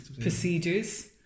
procedures